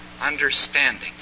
understanding